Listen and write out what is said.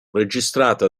registrata